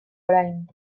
orain